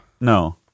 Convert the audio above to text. no